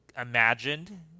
imagined